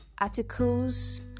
articles